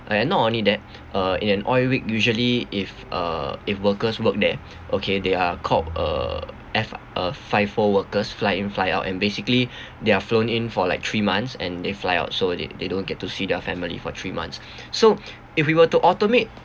and not only that uh in an oil rig usually if uh if workers work there okay they are called uh f~ uh five four workers fly in fly out and basically they are flown in for like three months and then fly out so they they don't get to see their family for three months so if we were to automate